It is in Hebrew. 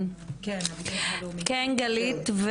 כן, גלית.